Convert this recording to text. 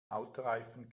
autoreifen